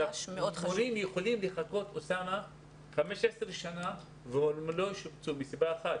מורים יכולים לחכות 15 שנים והם לא משובצים וזאת מסיבה אחת,